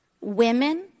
women